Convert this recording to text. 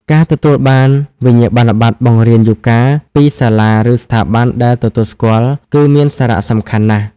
ការទទួលបាន វិញ្ញាបនបត្របង្រៀនយូហ្គា ពីសាលា ឬស្ថាប័នដែលទទួលស្គាល់គឺមានសារៈសំខាន់ណាស់។